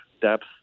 depth